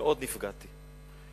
נפגעתי מאוד.